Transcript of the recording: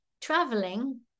traveling